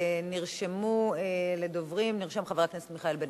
נרשמו לדוברים, חבר הכנסת מיכאל בן-ארי.